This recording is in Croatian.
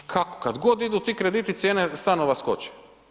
I kako, kada god idu ti krediti, cijene stanova skoči.